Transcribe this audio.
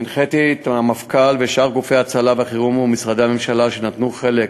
הנחיתי את המפכ"ל ושאר גופי ההצלחה והחירום ומשרדי הממשלה שנטלו חלק